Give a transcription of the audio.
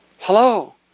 Hello